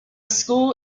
school